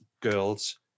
girls